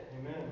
Amen